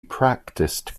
practiced